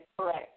correct